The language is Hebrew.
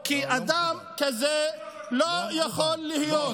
כי אדם כזה לא יכול להיות,